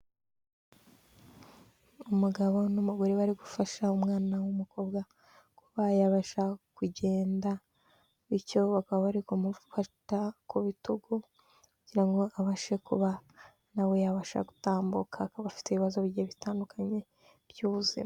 Umugabo n'umugore bari gufasha umwana w'umukobwa kuba yabasha kugenda, bityo bakaba bari kumufata ku bitugu kugirango abashe kuba nawe yabasha gutambuka akaba afite ibibazo bigiye bitandukanye by'ubuzima.